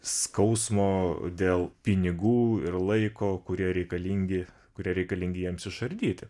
skausmo dėl pinigų ir laiko kurie reikalingi kurie reikalingi jiems išardyti